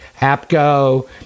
Hapco